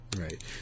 Right